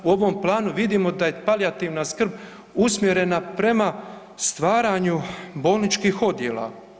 U ovom planu vidimo da je palijativna skrb usmjerena prema stvaranju bolničkih odjela.